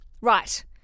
Right